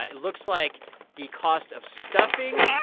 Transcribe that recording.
it looks like the cost of stuffing,